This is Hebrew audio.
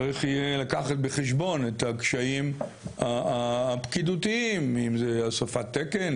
צריך יהיה לקחת בחשבון את הקשיים הפקידותיים - אם זו הוספת תקן,